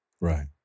Right